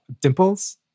dimples